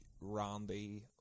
Randy